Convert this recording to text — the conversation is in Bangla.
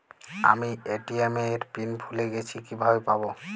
আমি এ.টি.এম এর পিন ভুলে গেছি কিভাবে পাবো?